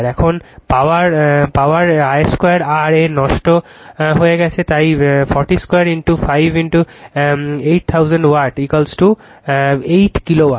এখন power I 2 R এ নষ্ট হয়ে গেছে তাই 40 2 5 8000 ওয়াট 8 কিলো ওয়াট